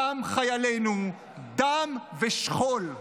דם חיילינו, דם ושכול.